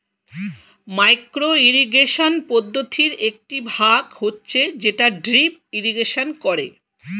micro irrigation পদ্ধতির একটি ভাগ হচ্ছে যেটা ড্রিপ ইরিগেশন করে